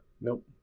Nope